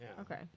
Okay